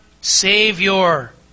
Savior